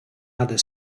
other